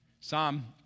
Psalm